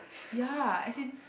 ya as in